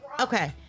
Okay